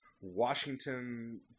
washington